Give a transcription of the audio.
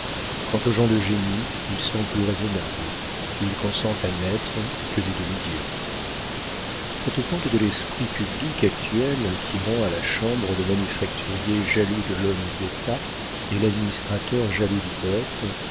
quant aux gens de génie ils sont plus raisonnables ils consentent à n'être que des demi-dieux cette pente de l'esprit public actuel qui rend à la chambre le manufacturier jaloux de l'homme d'état et l'administrateur jaloux du poëte